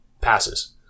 passes